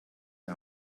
die